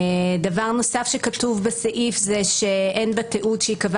דבר נוסף שכתוב בסעיף הוא שאין בתיעוד שייקבע